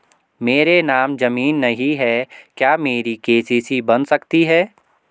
मेरे नाम ज़मीन नहीं है क्या मेरी के.सी.सी बन सकती है?